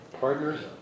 partners